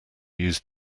use